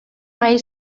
mahai